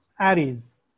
Aries